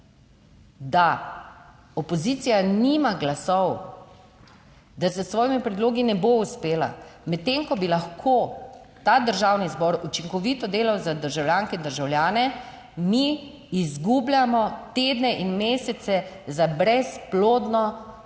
da opozicija nima glasov, da s svojimi predlogi ne bo uspela, medtem ko bi lahko ta Državni zbor učinkovito delal za državljanke in državljane mi izgubljamo tedne in mesece za brezplodno